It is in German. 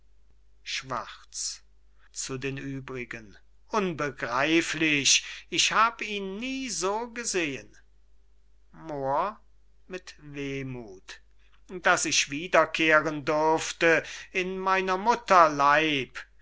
übrigen unbegreiflich ich hab ihn nie so gesehen moor mit wehmuth daß ich wiederkehren dürfte in meiner mutter leib